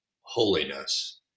holiness